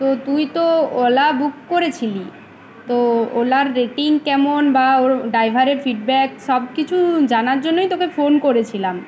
তো তুই তো ওলা বুক করেছিলি তো ওলার রেটিং কেমন বা ওর ড্রাইভারের ফিডব্যাক সব কিছু জানার জন্যই তোকে ফোন করেছিলাম